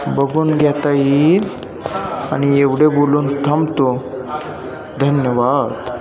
बघून घेता येईल आणि एवढे बोलून थांबतो धन्यवाद